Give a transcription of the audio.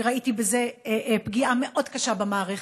כי ראיתי בזה פגיעה מאוד קשה במערכת,